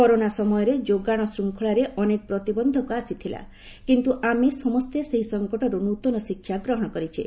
corona ସମୟରେ ଯୋଗାଣ ଶୃଙ୍ଖଳାରେ ଅନେକ ପ୍ରତିବନ୍ଧକ ଆସିଥିଲା କିନ୍ତୁ ଆମେ ସମସ୍ତେ ସେହି ସଙ୍କଟରୁ ନୂତନ ଶିକ୍ଷା ଗ୍ରହଣ କରିଛେ